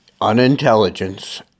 unintelligence